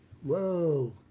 whoa